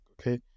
okay